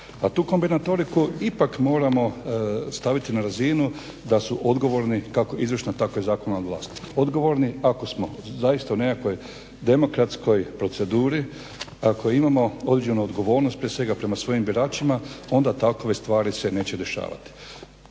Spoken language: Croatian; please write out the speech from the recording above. A tu kombinatoriku ipak moramo staviti na razinu da su odgovorni kako izvršna tako i zakonodavna vlast. Odgovorni ako smo zaista u nekakvoj demokratskoj proceduri, ako imamo određenu odgovornost prije svega prema svojim biračima onda takve stvari neće se dešavati.